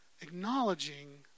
acknowledging